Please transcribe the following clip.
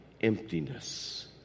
emptiness